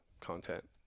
content